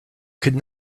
could